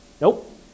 Nope